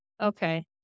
Okay